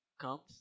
comes